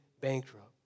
bankrupt